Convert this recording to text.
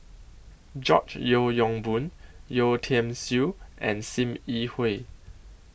George Yeo Yong Boon Yeo Tiam Siew and SIM Yi Hui